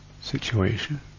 situation